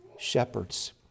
Shepherds